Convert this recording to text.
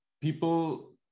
people